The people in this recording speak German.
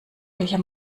welcher